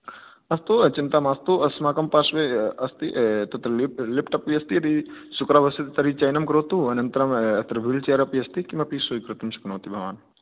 अस्तु चिन्ता मास्तु अस्माकं पार्श्वे अस्ति तत्र लिफ्ट् लिफ्ट् अपि अस्ति शुक्रवासरे तर्हि चयनं करोतु अनन्तरं अत्र वील् चेर् अपि अस्ति किमपि स्वीकर्तुं शक्नोति भवान्